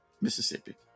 Mississippi